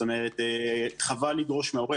זאת אומרת חבל לדרוש מהורה,